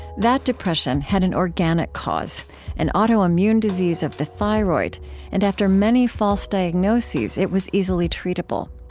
that depression had an organic cause an autoimmune disease of the thyroid and after many false diagnoses, it was easily treatable.